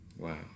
Wow